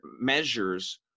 Measures